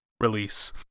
release